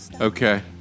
Okay